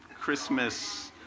Christmas